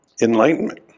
enlightenment